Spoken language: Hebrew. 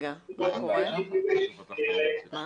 מה המקום בו מוגשת הבקשה.